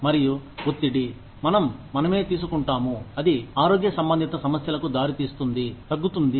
మరియు ఒత్తిడి మనం మనమే తీసుకుంటాము అది ఆరోగ్య సంబంధిత సమస్యలకు దారి తీస్తుంది తగ్గుతుంది